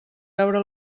veure